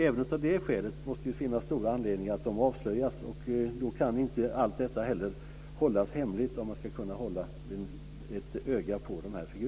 Även av det skälet måste det finnas stor anledning att de avslöjas. Om man ska kunna hålla ett öga på dessa figurer kan allt detta inte hållas hemligt.